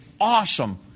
awesome